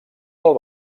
del